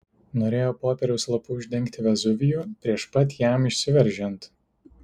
norėjo popieriaus lapu uždengti vezuvijų prieš pat jam išsiveržiant